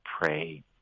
pray